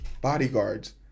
bodyguards